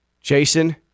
Jason